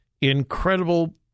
incredible